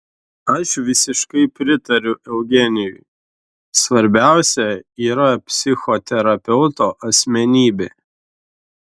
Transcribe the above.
aš visiškai pritariu eugenijui svarbiausia yra psichoterapeuto asmenybė